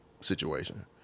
situation